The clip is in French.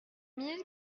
mille